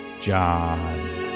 John